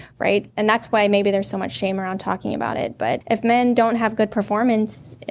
right? and that's why maybe there so much shame around talking about it, but if men don't have good performance,